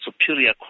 superior